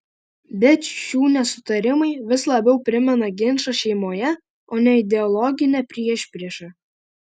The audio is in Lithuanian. bet šių nesutarimai vis labiau primena ginčą šeimoje o ne ideologinę priešpriešą